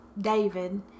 David